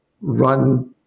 run